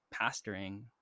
pastoring